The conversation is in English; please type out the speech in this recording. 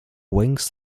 wings